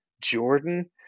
Jordan